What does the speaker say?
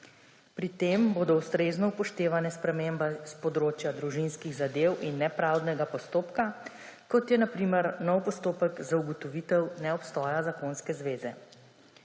Pri tem bodo ustrezno upoštevane spremembe s področja družinskih zadev in nepravdnega postopka, kot je na primer novi postopek za ugotovitev neobstoja zakonske zveze.